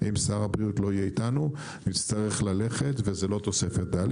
אם שר הבריאות לא יהיה אתנו וזו לא תוספת ד'